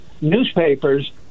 newspapers